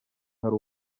hari